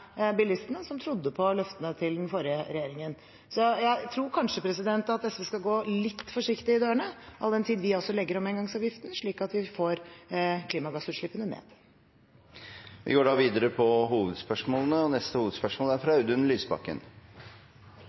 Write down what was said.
bilistene som trodde på løftene til den forrige regjeringen. Så jeg tror kanskje at SV skal gå litt forsiktig i dørene, all den tid vi altså legger om engangsavgiften, slik at vi får klimagassutslippene ned. Vi går videre til neste hovedspørsmål. Mitt spørsmål går til arbeids- og